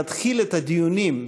להתחיל את הדיונים,